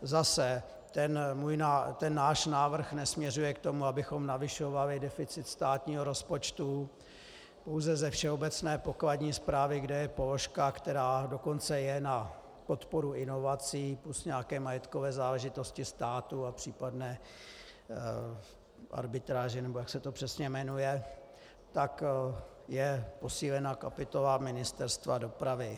Zase ten můj návrh, náš návrh, nesměřuje k tomu, abychom navyšovali deficit státního rozpočtu, pouze ze Všeobecné pokladní správy, kde je položka, která je dokonce na podporu inovací plus nějaké majetkové záležitosti státu a případné arbitráže nebo jak se to přesně jmenuje, tak je posílena kapitola Ministerstva dopravy.